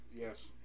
Yes